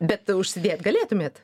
bet užsidėt galėtumėt